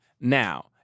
now